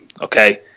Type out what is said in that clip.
okay